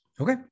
okay